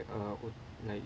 uh oh like